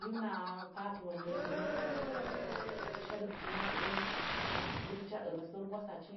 Hii mɨ naha patuwon ndəngən hɨchi tsu, shadɨgɨchi ndavɨɗən, dzɨgɨcha ələ səə nggwasachi,